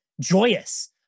joyous